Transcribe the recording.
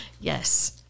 Yes